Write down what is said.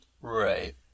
Right